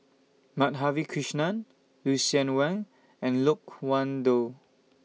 Madhavi Krishnan Lucien Wang and Loke Wan Tho